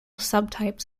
subtypes